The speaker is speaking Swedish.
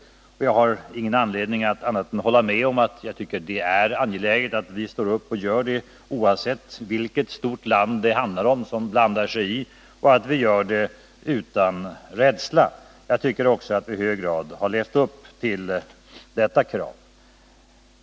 Jag har ingen anledning att annat än hålla med om att jag tycker att det är angeläget att vi står upp och gör det oavsett vilket stort land det handlar om och att vi gör det utan rädsla. Jag tycker också att vi i hög grad har levt upp till detta krav.